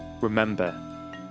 Remember